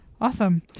Awesome